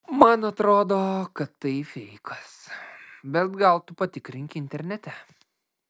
man atrodo kad tai feikas bet gal tu patikrink internete